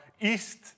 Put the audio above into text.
east